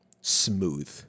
smooth